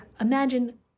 imagine